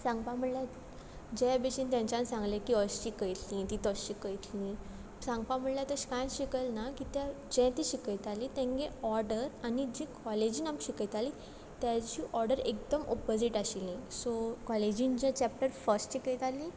सांगपा म्हुणल्यार जें भशेन तेंच्यान सांगलें की अशें शिकयतलीं तीं तशें शिकयतलीं सांगपा म्हणल्यार तशें कांय शिकयलना कित्या जें तीं शिकयतालीं तेंगे ऑर्डर आनी जें कॉलेजीन आमकां शिकयतालीं तेज ऑर्डर एकदम ओपझीट आशिल्ली सो कॉलेजीन जे चॅप्टर फर्स्ट शिकयतालीं